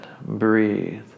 breathe